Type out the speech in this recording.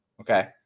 Okay